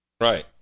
right